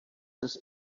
his